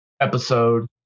episode